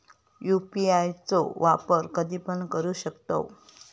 UPI चो वापर कधीपण करू शकतव?